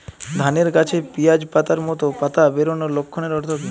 ধানের গাছে পিয়াজ পাতার মতো পাতা বেরোনোর লক্ষণের অর্থ কী?